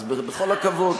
אז בכל הכבוד.